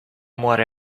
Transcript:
muore